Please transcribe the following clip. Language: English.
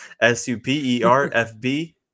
S-U-P-E-R-F-B